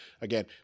again